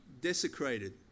desecrated